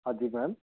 हाँ जी मैम